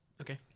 Okay